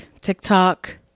TikTok